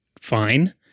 fine